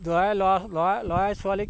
ল'ৰাই ল'ৰাক ল'ৰাই ছোৱালীক